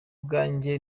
bwanjye